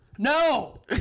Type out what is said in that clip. No